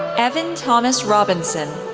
evan thomas robinson,